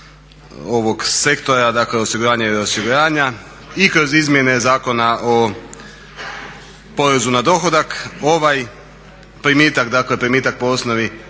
ovog sektora, dakle osiguranja i reosiguranja, i kroz izmjene Zakona o porezu na dohodak ovaj primitak, dakle primitak po osnovi